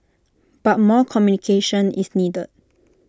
but more communication is needed